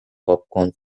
popcorn